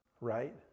right